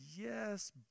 Yes